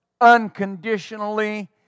unconditionally